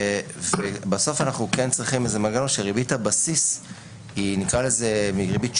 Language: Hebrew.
ובסוף אנחנו כן צריכים מנגנון שריבית הבסיס היא ריבית שוק.